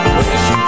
wish